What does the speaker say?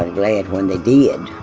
glad when they did.